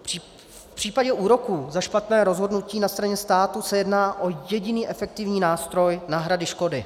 V případě úroku za špatné rozhodnutí na straně státu se jedná o jediný efektivní nástroj náhrady škody.